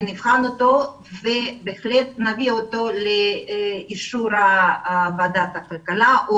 נבחן אותו ונביא לאישור ועדת הכלכלה.